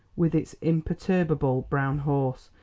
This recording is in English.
with its imperturbable brown horse,